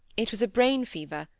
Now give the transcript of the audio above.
it was a brain fever.